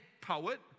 poet